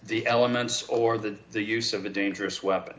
the elements or the use of a dangerous weapon